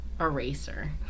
eraser